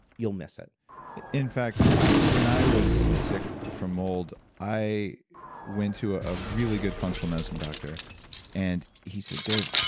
you'll miss it in fact when i was sick from mold, i went to a really good functional medicine doctor and he said, dave,